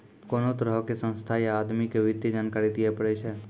कोनो तरहो के संस्था या आदमी के वित्तीय जानकारी दियै पड़ै छै